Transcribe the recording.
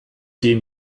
dem